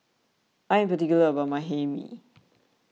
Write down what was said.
I am particular about my Hae Mee